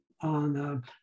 on